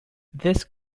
this